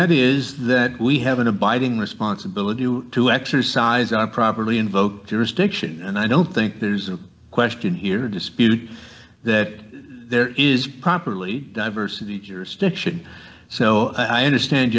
that is that we have an abiding responsibility to exercise our properly invoke jurisdiction and i don't think there's a question here or dispute that there is properly diversity jurisdiction so i understand